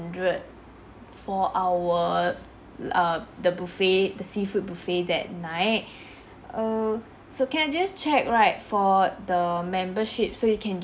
~red for our um the buffet the seafood buffet that night err so can I just check right for the membership so you can